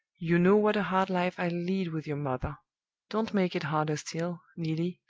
you know what a hard life i lead with your mother don't make it harder still, neelie,